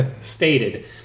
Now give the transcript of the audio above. stated